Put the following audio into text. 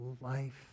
life